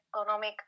economic